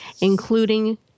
including